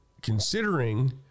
considering